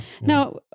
Now